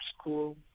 school